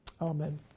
Amen